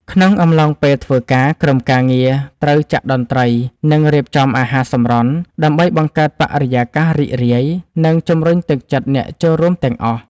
ក្នុងអំឡុងពេលធ្វើការ ក្រុមការងារត្រូវចាក់តន្ត្រី និងរៀបចំអាហារសម្រន់ ដើម្បីបង្កើតបរិយាកាសរីករាយ និងជំរុញទឹកចិត្តអ្នកចូលរួមទាំងអស់។